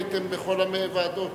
הייתם בכל הוועדות.